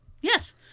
Yes